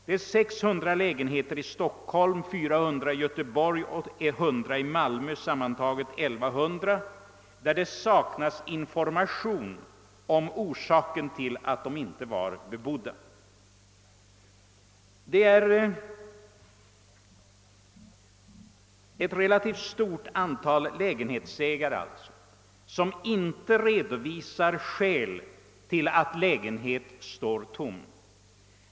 För 600 lägenheter i Stockholm, 400 i Göteborg, och 100 i Malmö, tillsammans 1 100, saknas information om orsaken till att lägenheterna "inte är bebodda. Ett relativt stort antal lägenhetsägare redovisar sålunda inte skälen till att lägenheterna står tomma.